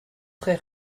très